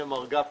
(היו"ר משה גפני)